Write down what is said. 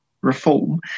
reform